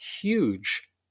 huge